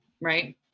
right